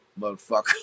motherfucker